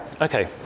Okay